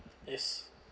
yes